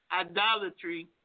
Idolatry